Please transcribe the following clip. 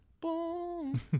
Boom